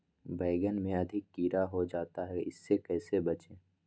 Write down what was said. बैंगन में अधिक कीड़ा हो जाता हैं इससे कैसे बचे?